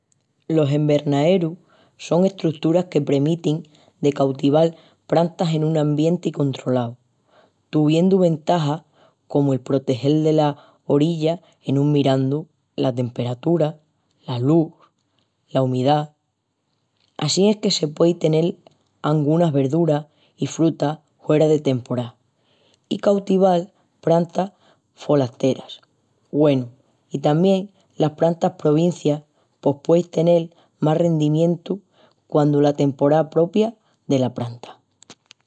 Los envernaerus son estruturas que premitin de cautival prantas en un ambienti controlau, tuviendu ventajas comu el protegel dela orilla en mirandu la temperatura, la lus, la umidá. Assín es que se puei tenel angunas verduras i frutas huera de temporá i cautival prantas folasteras. Güenu, i tamién las prantas provincias pos pueis tenel más rendimientu quandu la temporá propia dela pranta.